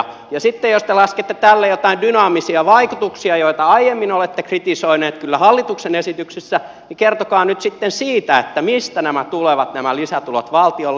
sitten jos te laskette tälle jotain dynaamisia vaikutuksia joita aiemmin olette kritisoineet kyllä hallituksen esityksessä niin kertokaa nyt sitten siitä mistä nämä lisätulot tulevat valtiolle